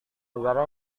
negara